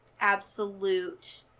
absolute